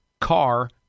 car